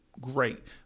great